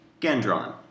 Gendron